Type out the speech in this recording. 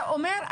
זה אומר,